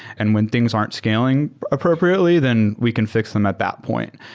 and when things aren't scaling appropriately, then we can fix them at that point.